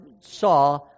saw